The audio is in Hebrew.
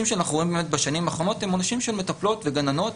שאנחנו רואים בשנים האחרונות הם עונשים של מטפלות וגננות,